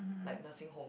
like nursing home